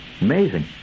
Amazing